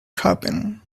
happen